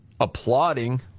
applauding